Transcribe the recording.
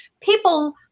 people